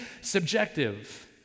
subjective